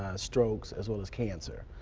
strokes as well as cancer.